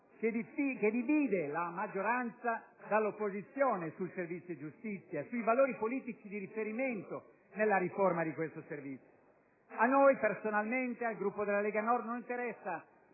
che divide la maggioranza dall'opposizione sul servizio giustizia e sui valori politici di riferimento nella riforma di questo servizio. Al Gruppo della Lega Nord, personalmente,